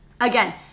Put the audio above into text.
Again